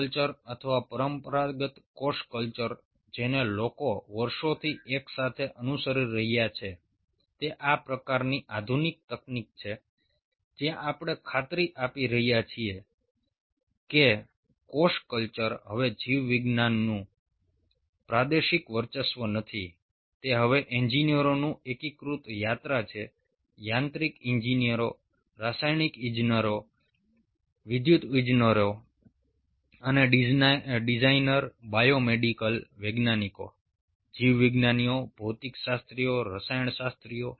કોષ કલ્ચર અથવા પરંપરાગત કોષ કલ્ચર જેને લોકો વર્ષોથી એકસાથે અનુસરી રહ્યા છે તે આ પ્રકારની આધુનિક તકનીક છે જ્યાં આપણે ખાતરી આપી રહ્યા છીએ કે કોષ કલ્ચર હવે જીવવિજ્ઞાનીનું પ્રાદેશિક વર્ચસ્વ નથી તે હવે એન્જિનિયરોની એકીકૃત યાત્રા છે યાંત્રિક ઇજનેરો રાસાયણિક ઇજનેરો વિદ્યુત ઇજનેરો અને ડિઝાઇનર બાયોમેડિકલ વૈજ્ઞાનિકો જીવવિજ્ઞાનીઓ ભૌતિકશાસ્ત્રીઓ રસાયણશાસ્ત્રીઓ